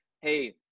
hey